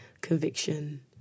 conviction